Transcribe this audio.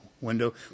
window